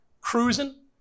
cruising